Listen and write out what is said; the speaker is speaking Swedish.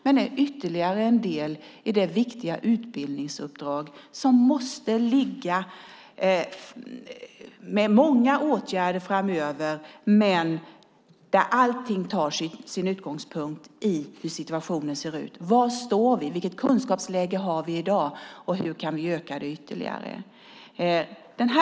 Det är ytterligare en del i det viktiga utbildningsuppdraget med många åtgärder framöver där allting tar sin utgångspunkt i hur situationen ser ut. Var står vi? Vilket kunskapsläge har vi i dag? Hur kan vi öka det ytterligare?